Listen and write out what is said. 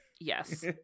yes